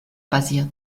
basiert